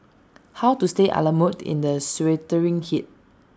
how to stay A la mode in the sweltering heat